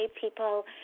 people